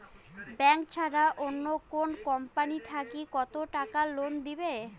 Bank ছাড়া অন্য কোনো কোম্পানি থাকি কত টাকা লোন দিবে?